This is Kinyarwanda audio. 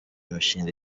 imishinga